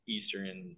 Eastern